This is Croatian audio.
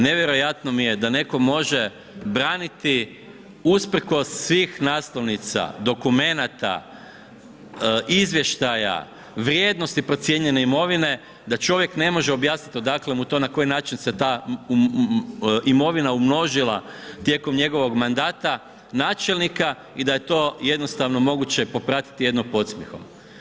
Nevjerojatno mi je da netko može braniti usprkos svih naslovnica, dokumenata, izvještaja, vrijednosti procijenjene imovine, da čovjek ne može objasniti odakle mu to na koji način se ta imovina umnožila tijekom njegovog mandata načelnika i da je to jednostavno moguće popratiti jedno podsmijehom.